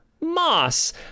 moss